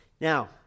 Now